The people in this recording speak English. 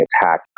attack